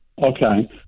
Okay